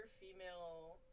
female